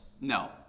No